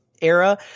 era